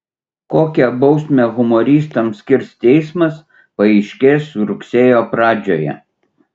kokią bausmę humoristams skirs teismas paaiškės rugsėjo pradžioje